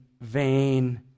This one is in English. vain